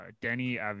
Denny